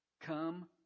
Come